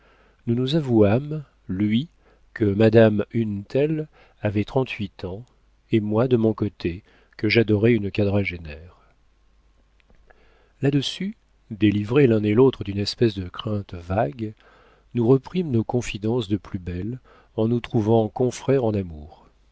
nous nous avouâmes lui que madame une telle avait trente-huit ans et moi de mon côté que j'adorais une quadragénaire là-dessus délivrés l'un et l'autre d'une espèce de crainte vague nous reprîmes nos confidences de plus belle en nous trouvant confrères en amour